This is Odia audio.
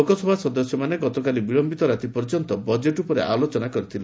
ଲୋକସଭା ସଦସ୍ୟମାନେ ଗତକାଲି ବିଳୟିତ ରାତ୍ରି ପର୍ଯ୍ୟନ୍ତ ବଜେଟ୍ ଉପରେ ଆଲୋଚନା କରିଥିଲେ